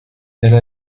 era